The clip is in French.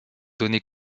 donné